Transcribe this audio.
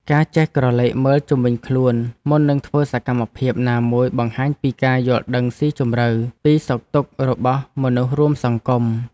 ការចេះក្រឡេកមើលជុំវិញខ្លួនមុននឹងធ្វើសកម្មភាពណាមួយបង្ហាញពីការយល់ដឹងស៊ីជម្រៅពីសុខទុក្ខរបស់មនុស្សរួមសង្គម។